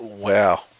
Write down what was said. Wow